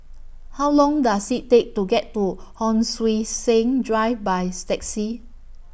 How Long Does IT Take to get to Hon Sui Sen Drive By Taxi